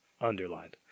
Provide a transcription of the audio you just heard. underlined